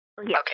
Okay